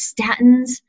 statins